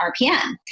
RPM